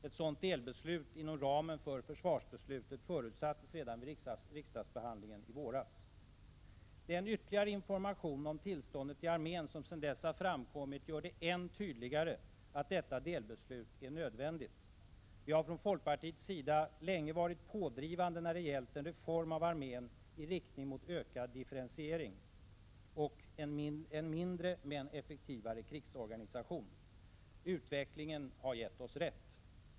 Ett sådant delbeslut inom ramen för försvarsbeslutet förutsattes redan vid riksdagsbehandlingen i våras. Den ytterligare information om tillståndet i armén som sedan dess framkommit gör det än tydligare att detta delbeslut är nödvändigt. Vi har från folkpartiets sida länge varit pådrivande när det gällt en reform av arméni riktning mot ökad differentiering och en mindre men effektivare krigsorganisation. Utvecklingen har givit oss rätt.